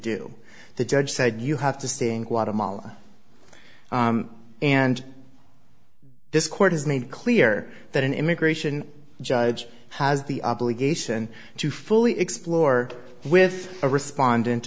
do the judge said you have to stay in guatemala and this court has made clear that an immigration judge has the obligation to fully explore with a respondent